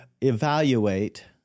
evaluate